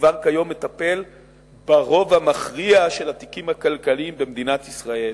מטפל ברוב המכריע של התיקים הכלכליים במדינת ישראל,